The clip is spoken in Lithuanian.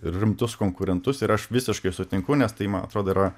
rimtus konkurentus ir aš visiškai sutinku nes tai man atrodo yra